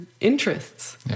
interests